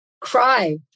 cry